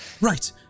Right